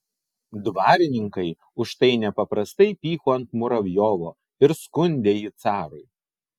dvarininkai už tai nepaprastai pyko ant muravjovo ir skundė jį carui